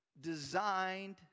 designed